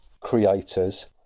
creators